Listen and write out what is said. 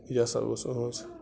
یہِ ہسا ٲس یِہٕنٛز